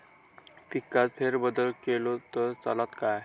पिकात फेरबदल केलो तर चालत काय?